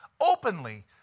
openly